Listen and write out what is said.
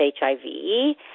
HIV